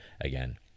again